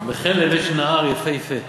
בחלם יש נהר יפהפה,